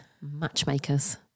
matchmakers